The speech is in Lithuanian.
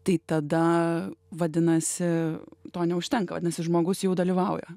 tai tada vadinasi to neužtenka vadinasi žmogus jau dalyvauja